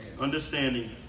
understanding